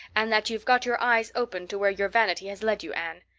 and that you've got your eyes opened to where your vanity has led you, anne.